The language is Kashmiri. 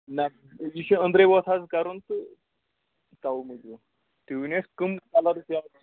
نا یہ چھُ أنٛدرے یوت حظ کَرُن تہٕ تَوٕ موٗجوٗب تُہۍ ؤنِو اَسہِ کٕم کَلر کیٛاہ